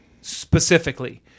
specifically